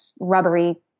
rubbery